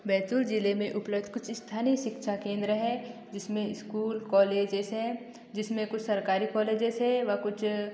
बैतुल ज़िले में उपलब्ध कुछ स्थानीय शिक्षा केंद्र हैं जिसमें स्कूल कॉलेजेस हैं जिसमें कुछ सरकारी कॉलेजेस हैं व कुछ